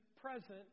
present